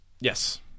Yes